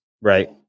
Right